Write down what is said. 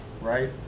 right